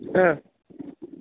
ആ